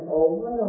over